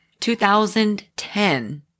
2010